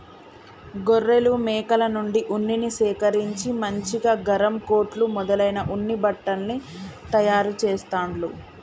గొర్రెలు మేకల నుండి ఉన్నిని సేకరించి మంచిగా గరం కోట్లు మొదలైన ఉన్ని బట్టల్ని తయారు చెస్తాండ్లు